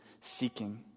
Seeking